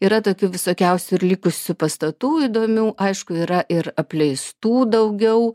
yra tokių visokiausių ir likusių pastatų įdomių aišku yra ir apleistų daugiau